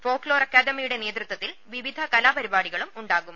folk lore അക്കാഡമിയുടെ നേതൃത്വത്തിൽ വിവിധ കലാപരിപാടികളും ഉണ്ടാവും